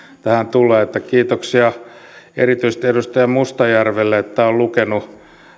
tähän tulee kiitoksia erityisesti edustaja mustajärvelle että on lukenut